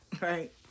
Right